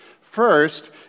First